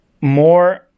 more